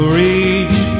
reach